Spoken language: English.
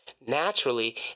naturally